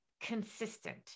consistent